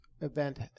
event